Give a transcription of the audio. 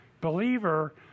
believer